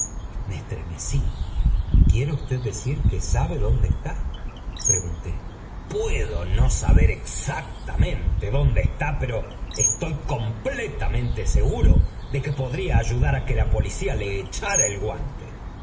me estremecí quiere usted decir que sabe dónde está pregunté s f v puedo no saber exactamente dónde efitá pero estoy completamente seguro de que podría ayudar á que la policía le echara el guante